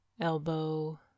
elbow